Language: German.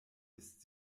ist